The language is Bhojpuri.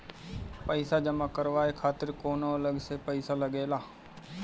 पईसा जमा करवाये खातिर कौनो अलग से पईसा लगेला?